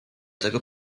tego